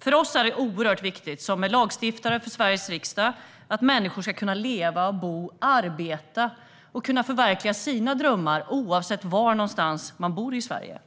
För oss lagstiftare i Sveriges riksdag är det oerhört viktigt att människor ska kunna leva, arbeta och förverkliga sina drömmar oavsett var någonstans i Sverige de bor.